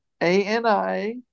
A-N-I